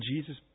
Jesus